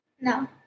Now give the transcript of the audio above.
No